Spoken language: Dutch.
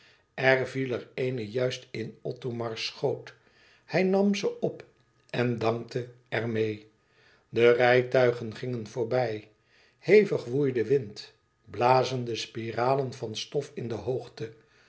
er viel er eene juist in othomars schoot hij nam ze op en dankte er meê de rijtuigen gingen voorbij hevig woei de wind blazende spiralen van stof in de hoogte